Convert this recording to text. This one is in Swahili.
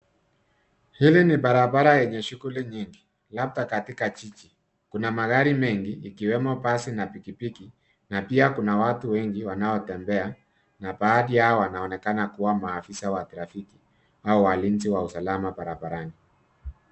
Hili ni barabara yenye shughuli nyingi labda katika jiji. Kuna magari mengi ikiwemo basi na pikipiki na pia kuna watu wengi wanaotembea na baadhi yao wanaonekana kuwa maafisa wa trafiki au walinzi wa usalama barabarani.